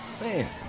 Man